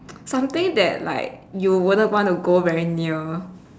something that like you wouldn't want to go very near